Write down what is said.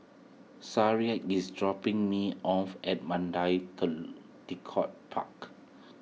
is dropping me off at Mandai Tekong Park